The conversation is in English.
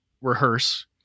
rehearse